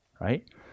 right